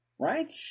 Right